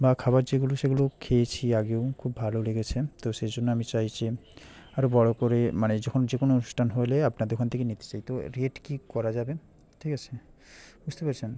বা খাবার যেগুলো সেগুলো খেয়েছি আগেও খুব ভাল লেগেছে তো সেই জন্য আমি চাইছি আরও বড়ো করে মানে যখন যখন অনুষ্ঠান হলে আপনাদের ওখান থেকেই নিতে চাই তো রেট কি করা যাবে ঠিক আছে বুঝতে পেরেছেন